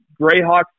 Greyhawks